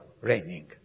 Raining